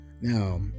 now